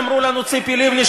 אמרו לנו ציפי לבני,